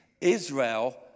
Israel